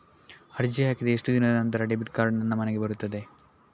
ಅರ್ಜಿ ಹಾಕಿದ ಎಷ್ಟು ದಿನದ ನಂತರ ಡೆಬಿಟ್ ಕಾರ್ಡ್ ನನ್ನ ಮನೆಗೆ ಬರುತ್ತದೆ?